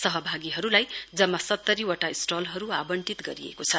सहभागीहरुलाई जम्मा सत्तरीवटा स्टलहरु आवंटित गरिएको छ